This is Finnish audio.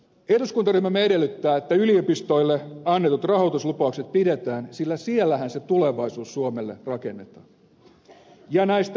eduskuntaryhmämme edellyttää että yliopistoille annetut rahoituslupaukset pidetään sillä siellähän se tulevaisuus suomelle rakennetaan ja että irtisanomisista luovutaan